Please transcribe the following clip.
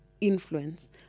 influence